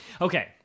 Okay